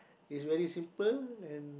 it's very simple and